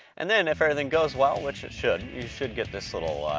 and then, if everything goes well, which it should, you should get this little